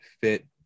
fit